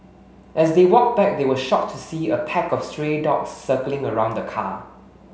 as they walked back they were shocked to see a pack of stray dogs circling around the car